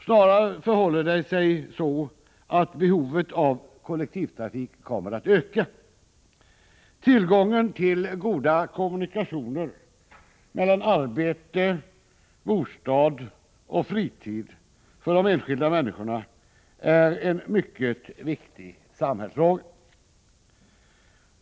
Snarare förhåller det sig så att behovet av kollektivtrafik ökar. Tillgången till goda kommunikationer mellan arbete, bostad och fritid för de enskilda människorna är en mycket viktig samhällsfråga.